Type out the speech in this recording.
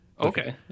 Okay